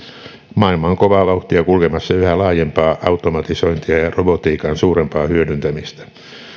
maailma on kovaa vauhtia kulkemassa kohti yhä laajempaa automatisointia ja robotiikan suurempaa hyödyntämistä